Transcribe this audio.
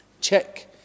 check